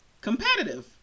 competitive